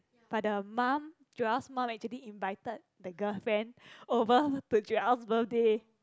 but the mum Joel's mum actually invited the girlfriend over to Joel's birthday